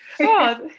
god